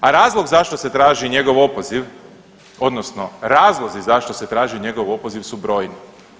A razlog zašto se traži njegov opoziv odnosno razlozi zašto se traži njegov opoziv su brojni.